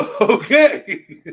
Okay